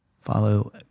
follow